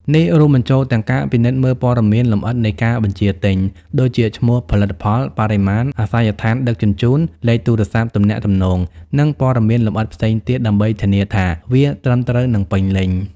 នេះរួមបញ្ចូលទាំងការពិនិត្យមើលព័ត៌មានលម្អិតនៃការបញ្ជាទិញ ដូចជាឈ្មោះផលិតផល បរិមាណ អាសយដ្ឋានដឹកជញ្ជូន លេខទូរសព្ទទំនាក់ទំនង និងព័ត៌មានលម្អិតផ្សេងទៀត ដើម្បីធានាថាវាត្រឹមត្រូវ និងពេញលេញ។